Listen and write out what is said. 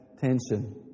tension